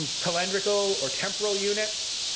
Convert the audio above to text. calendrical or temporal units,